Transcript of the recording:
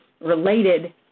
related